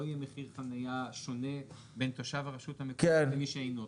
לא יהיה מחיר חניה שונה בין תושב הרשות המקומית למי שאינו תושב.